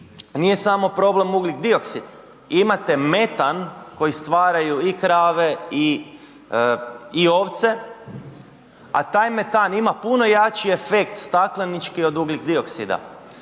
nije samo problem ugljik dioksid imate metan koji stvaraju i krave i ovce, a taj metan ima puno jači efekt staklenički od ugljik dioksida